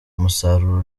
umusaruro